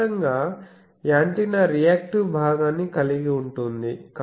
స్పష్టంగా antenna reactive భాగాన్ని కలిగి ఉంటుంది